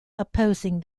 opposing